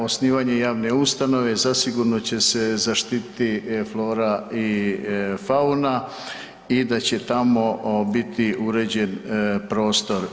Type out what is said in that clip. Osnivanje javne ustanove zasigurno će se zaštititi flora i fauna i da će tamo biti uređen prostor.